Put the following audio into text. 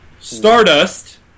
Stardust